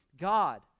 God